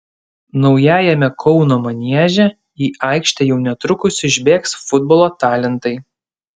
naujajame kauno manieže į aikštę jau netrukus išbėgs futbolo talentai